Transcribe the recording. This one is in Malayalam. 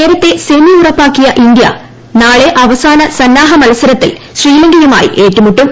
നേരത്തേ സെമി ഉറപ്പാക്കിയ ഇന്ത്യ നാളെ അവസാന സന്നാഹ മത്സരത്തിൽ ശ്രീലങ്കയുമായി ഏറ്റുമുട്ടും